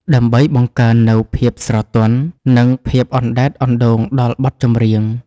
ដើម្បីបង្កើននូវភាពស្រទន់ និងភាពអណ្តែតអណ្តូងដល់បទចម្រៀង។